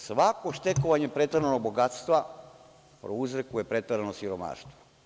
Svako štekovanje preteranog bogatstva prouzrokuje preterano siromaštvo.